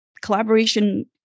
collaboration